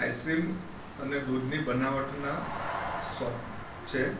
ice cream અને દૂધની બનાવટનાં સોપ છે